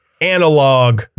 Analog